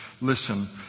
listen